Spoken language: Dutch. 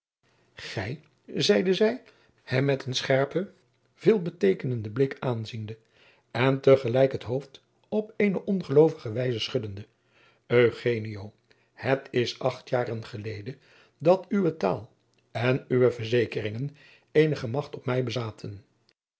gij zeide zij hem met een scherpen veelbeteekenenden blik aanziende en tegelijk het hoofd op eene ongeloovige wijze schuddende eugenio het is acht jaren geleden dat uwe taal en uwe verzekeringen eenige macht op mij bezaten